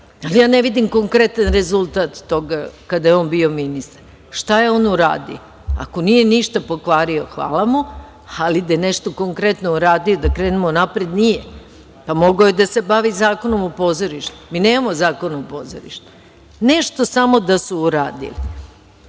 ja ne vidim konkretan rezultat toga kada je on bio ministar. Šta je on uradio? Ako nije ništa pokvario, hvala mu, ali da je nešto konkretno uradio da krenemo napred nije, a mogao je da se bavi zakonom u pozorištu. Mi nemamo zakon o pozorištu. Nešto samo da su uradili,